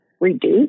reduce